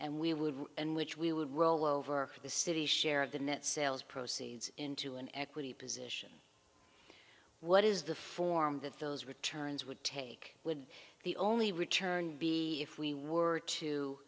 and we would and which we would roll over the city's share of the net sales proceeds into an equity position what is the form that those returns would take would be the only return be if we were to